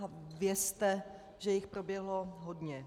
A vězte, že jich proběhlo hodně.